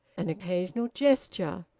an occasional gesture,